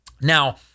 Now